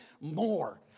more